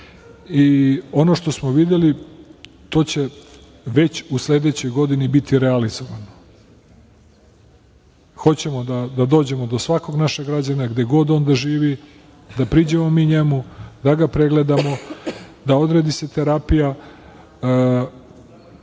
Ono što smo videli to već u sledećoj godini biti realizovano. Hoćemo da dođemo do svakog našeg građanina, gde god da živi, da priđemo mi njemu, da ga pregledamo, da se odredi terapija,